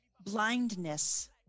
blindness